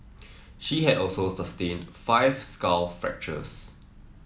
she had also sustained five skull fractures